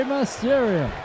Mysterio